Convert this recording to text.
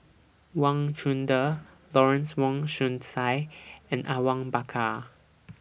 Wang Chunde Lawrence Wong Shyun Tsai and Awang Bakar